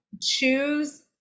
choose